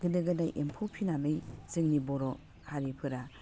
गोदो गोदाय एम्फौ फिसिनानै जोंनि बर' हारिफोरा